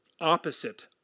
opposite